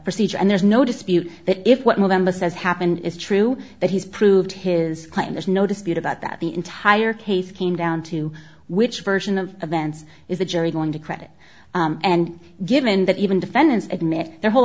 procedure and there's no dispute that if what movember says happened is true that he's proved his claim there's no dispute about that the entire case came down to which version of events is the jury going to credit and given that even defendants admit their whole